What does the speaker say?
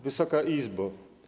Wysoka Izbo!